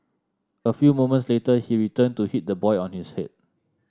a few moments later he returned to hit the boy on his head